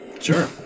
Sure